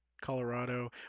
Colorado